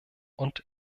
und